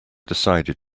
decided